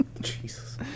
jesus